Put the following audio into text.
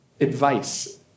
advice